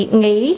nghĩ